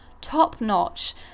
top-notch